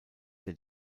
der